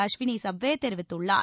அஸ்வினி சவ்பே தெரிவித்துள்ளார்